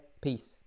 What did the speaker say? Peace